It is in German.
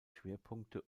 schwerpunkte